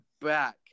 back